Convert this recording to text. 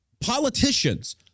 Politicians